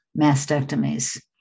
mastectomies